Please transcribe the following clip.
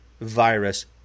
virus